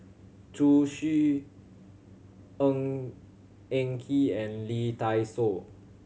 Zhu Xu Ng Eng Kee and Lee Dai Soh